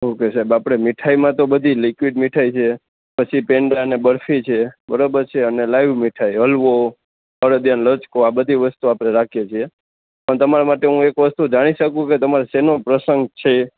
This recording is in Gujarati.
ઓકે સાહેબ આપણે મીઠાઈમાં તો બધી લિક્વિડ મીઠાઈ છે પછી પેંડા અને બરફી છે બરોબર છે અને લાઈવ મીઠાઈ હલવો અડદિયાનો લચકો આ બધી વસ્તુઓ આપણે રાખીએ છીએ પણ તમારે માટે હું એક વસ્તુ જાણી શકું કે તમારે શેનો પ્રસંગ છે